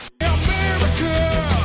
America